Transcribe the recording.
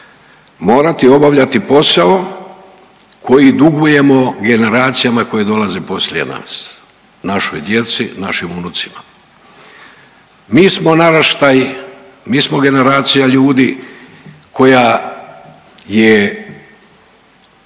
morati obavljati posao koji dugujemo generacijama koje dolaze poslije nas, našoj djeci i našim unucima. Mi smo naraštaj, mi smo generacija ljudi koja je